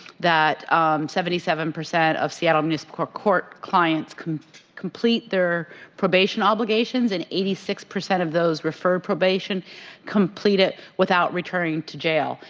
that seventy seven percent of seattle miscible court court clients complete their probation obligations and eighty six percent of those referred probation completed without returning to jail,